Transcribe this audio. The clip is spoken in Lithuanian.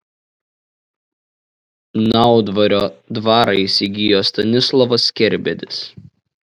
naudvario dvarą įsigijo stanislovas kerbedis